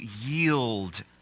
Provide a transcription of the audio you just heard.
yield